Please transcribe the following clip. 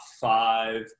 five